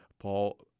Paul